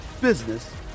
business